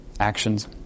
Actions